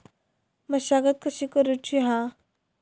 मशागत कशी करूची हा?